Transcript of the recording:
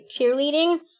cheerleading